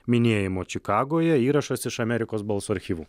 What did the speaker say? minėjimo čikagoje įrašas iš amerikos balso archyvų